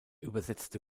übersetzte